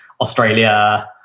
Australia